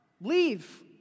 Leave